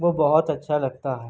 وہ بہت اچھا لگتا ہے